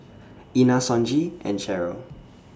Ina Sonji and Sheryl